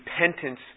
repentance